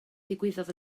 ddigwyddodd